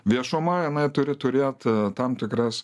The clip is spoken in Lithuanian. viešuma jinai turi turėt tam tikras